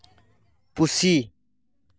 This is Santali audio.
ᱯᱩᱥᱤ